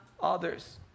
others